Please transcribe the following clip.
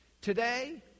Today